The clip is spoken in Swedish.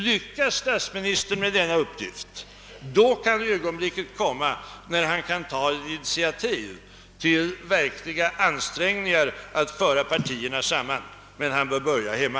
Om statsministern lyckas med denna uppgift, kan det ögonblick komma när han kan ta initiativ till verkliga ansträngningar att föra partierna samman. Men han bör börja hemma!